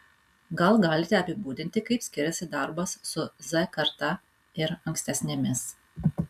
gal galite apibūdinti kaip skiriasi darbas su z karta ir ankstesnėmis